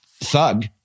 thug